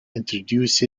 introduce